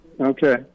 Okay